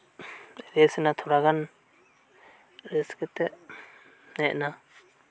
ᱨᱮᱥᱱᱟ ᱛᱷᱚᱲᱟᱜᱟᱱ ᱨᱮᱥ ᱠᱟᱛᱮᱜ ᱦᱮᱡᱱᱟ